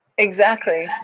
exactly.